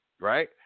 right